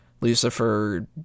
Lucifer